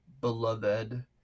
beloved